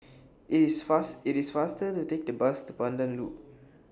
IS fast IT IS faster to Take The Bus to Pandan Loop